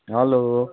hello